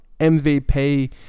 mvp